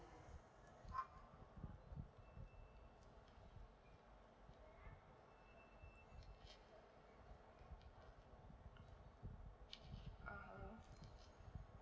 (uh huh)